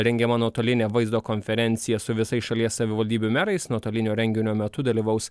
rengiama nuotolinė vaizdo konferencija su visais šalies savivaldybių merais nuotolinio renginio metu dalyvaus